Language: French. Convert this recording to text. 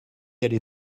aller